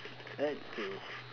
let's see